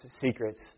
secrets